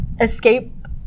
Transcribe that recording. escape